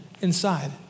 inside